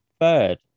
third